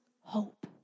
hope